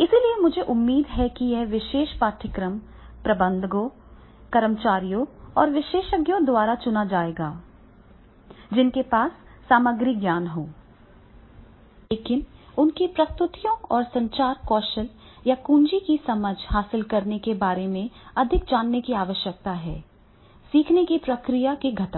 इसलिए मुझे उम्मीद है कि यह विशेष पाठ्यक्रम प्रबंधकों कर्मचारियों और विशेषज्ञों द्वारा चुना जाएगा जिनके पास सामग्री ज्ञान हो सकता है लेकिन उनकी प्रस्तुतियों और संचार कौशल या कुंजी की समझ हासिल करने के बारे में अधिक जानने की आवश्यकता है सीखने की प्रक्रिया के घटक